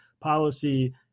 policy